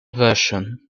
version